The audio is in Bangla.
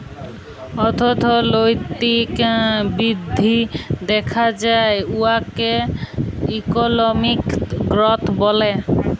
অথ্থলৈতিক বিধ্ধি দ্যাখা যায় উয়াকে ইকলমিক গ্রথ ব্যলে